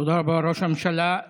תודה רבה, ראש הממשלה.